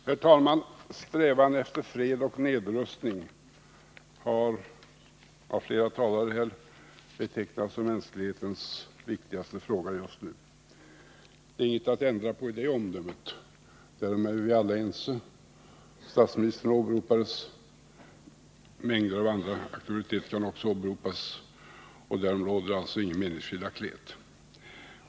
Herr talman! Strävan efter fred och nedrustning har av flera talare här betecknats som mänsklighetens viktigaste fråga just nu. Det är inget att ändra på i det omdömet — därom är vi väl alla ense. Statsministern åberopades; mängder av andra auktoriteter kan också åberopas. I det avseendet råder det alltså ingen meningsskiljaktighet.